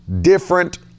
different